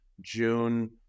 June